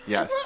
Yes